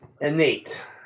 innate